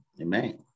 amen